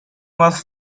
was